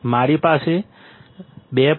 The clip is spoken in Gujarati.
મારી પાસે હતું 2